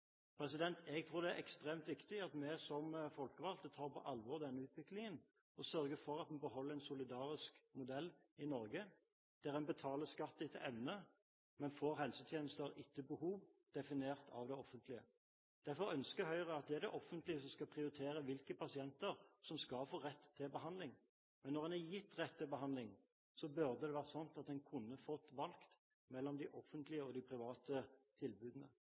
Jeg tror det er ekstremt viktig at vi som folkevalgte tar på alvor denne utviklingen, og sørger for at en beholder en solidarisk modell i Norge der en betaler skatt etter evne, men får helsetjenester etter behov, definert av det offentlige. Derfor ønsker Høyre at det er det offentlige som skal prioritere hvilke pasienter som skal få rett til behandling. Men når en er gitt rett til behandling, burde det være sånn at en kunne fått velge mellom de offentlige og de private tilbudene.